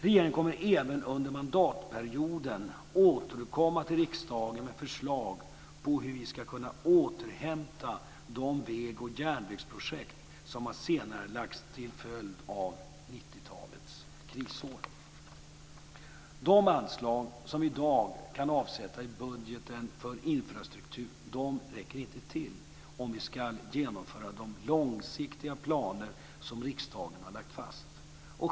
Regeringen kommer även under mandatperioden att återkomma till riksdagen med förslag på hur vi ska kunna återhämta de väg och järnvägsprojekt som har senarelagts till följd av 90 talets krisår. De anslag som i dag kan avsättas i budgeten för infrastruktur räcker inte till om vi ska genomföra de långsiktiga planer som riksdagen har lagt fast.